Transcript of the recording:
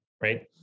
right